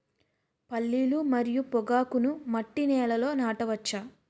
పల్లీలు మరియు పొగాకును మట్టి నేలల్లో నాట వచ్చా?